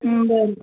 बरं